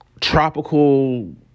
tropical